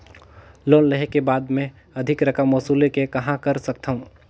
Loan लेहे के बाद मे अधिक रकम वसूले के कहां कर सकथव?